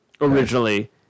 originally